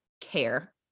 care